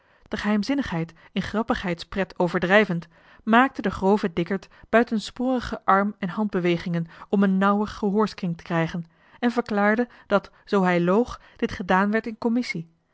de geheimzinnigheid in grappigheidspret overdrijvend maakte de grove dikkert buiten sporige arm en handbewegingen om een nauwer gehoorskring te krijgen en verklaarde dat zoo hij loog dit gedaan werd in commissie